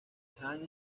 jam